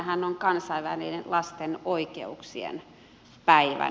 tänäänhän on kansainvälinen lasten oikeuksien päivä